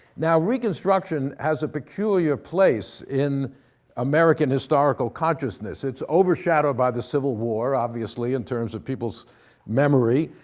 now, reconstruction has a peculiar place in american historical consciousness. it's overshadowed by the civil war, obviously, in terms of people's memory.